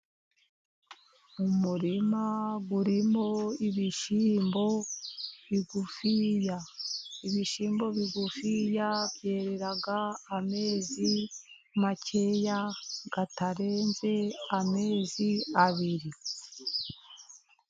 Umurima urimo ibishyimbo bigufiya . Ibishyimbo bigufiya byerera amezi makeya , atarenze amezi abiri.